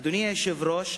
אדוני היושב-ראש,